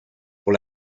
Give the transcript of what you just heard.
pour